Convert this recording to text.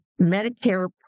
Medicare